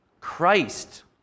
Christ